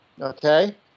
okay